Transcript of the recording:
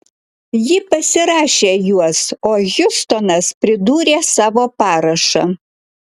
ji pasirašė juos o hjustonas pridūrė savo parašą